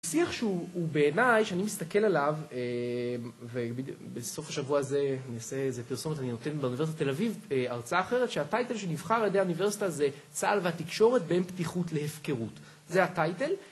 שיח שהוא בעיניי, שאני מסתכל עליו, ובסוף השבוע הזה, אני אעשה איזה פרסומת, אני נותן באוניברסיטת תל אביב הרצאה אחרת שהטייטל שנבחר על ידי האוניברסיטה זה צה"ל והתקשורת בין פתיחות להפקרות, זה הטייטל